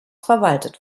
verwaltet